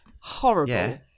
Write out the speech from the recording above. Horrible